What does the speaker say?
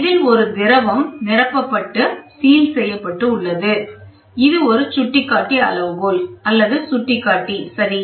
இதில் ஒரு திரவம் நிரப்பப்பட்ட சீல் செய்யப்பட்டு உள்ளது இது ஒரு சுட்டிக்காட்டி அளவுகோல் அல்லது ஒரு சுட்டிக்காட்டி சரி